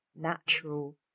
natural